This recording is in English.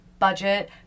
budget